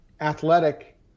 athletic